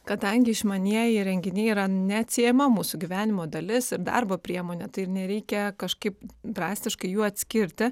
kadangi išmanieji įrenginiai yra neatsiejama mūsų gyvenimo dalis ir darbo priemonė tai ir nereikia kažkaip drastiškai jų atskirti